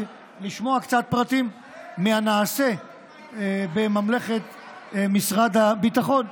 לשמוע קצת פרטים מהנעשה בממלכת משרד הביטחון.